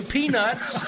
Peanuts